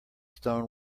stone